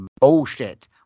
Bullshit